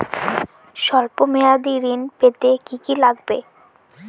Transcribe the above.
সল্প মেয়াদী ঋণ পেতে কি কি লাগবে?